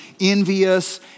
envious